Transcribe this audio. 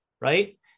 right